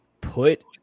put